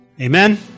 Amen